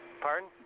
Pardon